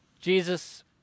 Jesus